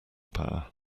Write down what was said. power